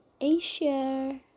Asia